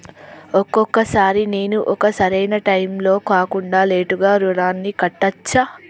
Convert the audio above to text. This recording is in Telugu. ఒక్కొక సారి నేను ఒక సరైనా టైంలో కాకుండా లేటుగా రుణాన్ని కట్టచ్చా?